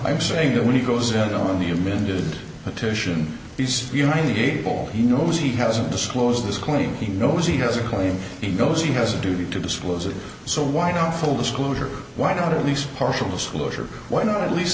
i'm saying that when he goes down on the amended petition he's united the able he knows he hasn't disclosed this claim he knows he has a claim he knows he has a duty to disclose it so why not full disclosure why not at least partial disclosure when at least